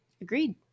Agreed